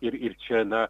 ir ir čia na